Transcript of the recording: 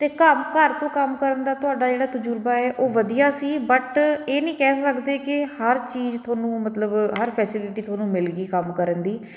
ਅਤੇ ਕੰਮ ਘਰ ਤੋਂ ਕੰਮ ਕਰਨ ਦਾ ਤੁਹਾਡਾ ਜਿਹੜਾ ਤਜੁਰਬਾ ਏ ਉਹ ਵਧੀਆ ਸੀ ਬਟ ਇਹ ਨਹੀਂ ਕਹਿ ਸਕਦੇ ਕਿ ਹਰ ਚੀਜ਼ ਤੁਹਾਨੂੰ ਮਤਲਬ ਹਰ ਫੈਸੇਲਿਟੀ ਤੁਹਾਨੂੰ ਮਿਲ ਗਈ ਕੰਮ ਕਰਨ ਦੀ